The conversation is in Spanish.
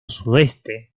sudoeste